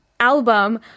Album